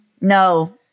No